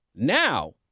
Now